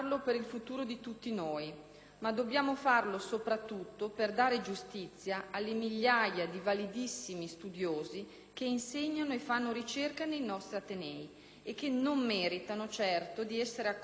noi, ma soprattutto per dare giustizia alle migliaia di validissimi studiosi che insegnano e fanno ricerca nei nostri atenei, e che non meritano certo di essere accomunati in una censura,